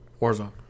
Warzone